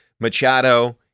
Machado